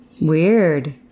Weird